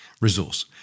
resource